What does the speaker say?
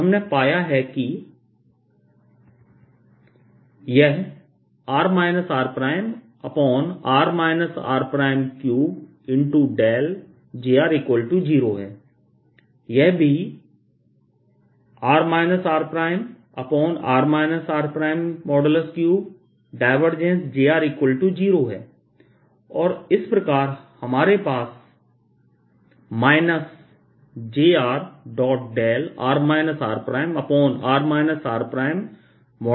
और हमने पाया है कि यह r rr r3jr0 है यह भी r rr r3jr0 है और इस प्रकार हमारे पास jrr rr r34πjrδr r बचता है